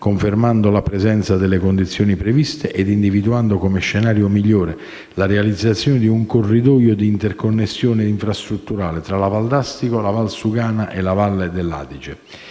confermando la presenza delle condizioni previste e individuando come scenario migliore la realizzazione di un corridoio d'interconnessione infrastrutturale tra la Valdastico, la Valsugana e la Valle dell'Adige.